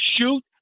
shoot